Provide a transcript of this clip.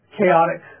chaotic